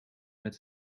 met